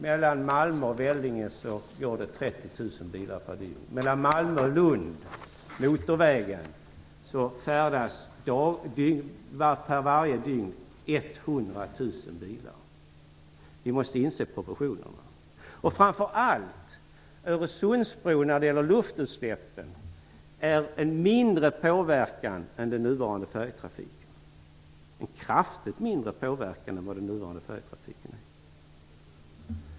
Mellan Mellan Malmö och Lund, motorvägen, färdas varje dygn 100 000 bilar. Vi måste inse proportionerna. Framför allt innebär Öresundsbron när det gäller luftutsläppen en kraftigt mindre påverkan än den nuvarande färjetrafiken.